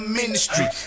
ministry